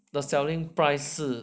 the selling price 是